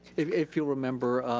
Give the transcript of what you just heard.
if you'll remember,